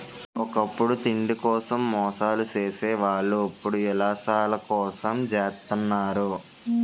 ఒకప్పుడు తిండి కోసం మోసాలు సేసే వాళ్ళు ఇప్పుడు యిలాసాల కోసం జెత్తన్నారు